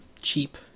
cheap